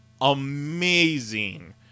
amazing